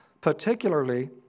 particularly